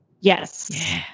Yes